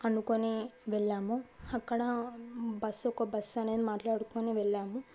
అనుకొని వెళ్ళాము అక్కడ బస్సు ఒక బస్సు అనేది మాట్లాడుకొని వెళ్ళాము